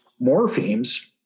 morphemes